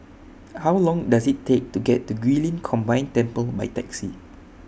How Long Does IT Take to get to Guilin Combined Temple By Taxi